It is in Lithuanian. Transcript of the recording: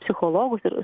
psichologus ir